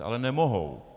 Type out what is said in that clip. Ale nemohou.